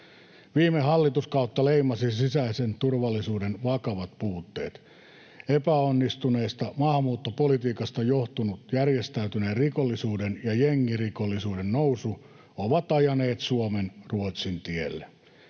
Viime hallituskautta leimasi sisäisen turvallisuuden vakavat puutteet. Epäonnistuneesta maahanmuuttopolitiikasta johtunut järjestäytyneen rikollisuuden ja jengirikollisuuden nousu ovat ajaneet Suomen Ruotsin tielle.